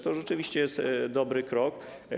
To rzeczywiście jest dobry krok.